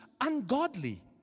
ungodly